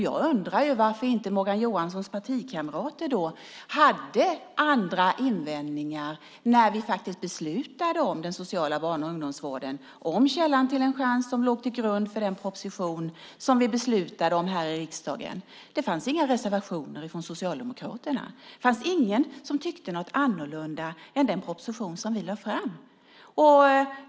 Jag undrar varför Morgan Johanssons partikamrater inte hade några invändningar när vi beslutade om den sociala barn och ungdomsvården, om Källan till en chans som låg till grund för den proposition som vi beslutade om här i riksdagen. Det fanns inga reservationer från Socialdemokraterna. Det var ingen som tyckte något annat än det som föreslogs i den proposition som vi lade fram.